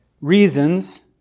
reasons